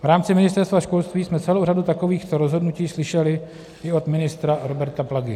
V rámci Ministerstva školství jsme celou řadu takovýchto rozhodnutí slyšeli i od ministra Roberta Plagy.